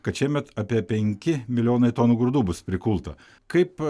kad šiemet apie penki milijonai tonų grūdų bus prikulta kaip